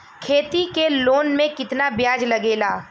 खेती के लोन में कितना ब्याज लगेला?